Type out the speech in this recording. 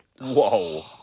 Whoa